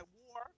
war